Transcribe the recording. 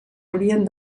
haurien